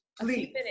Please